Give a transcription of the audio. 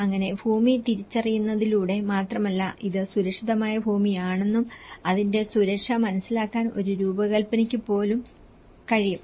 അങ്ങനെ ഭൂമി തിരിച്ചറിയുന്നതിലൂടെ മാത്രമല്ല ഇത് സുരക്ഷിതമായ ഭൂമിയാണെന്നും അതിന്റെ സുരക്ഷ മനസ്സിലാക്കാൻ ഒരു രൂപകൽപ്പനയ്ക്ക് പോലും കഴിയും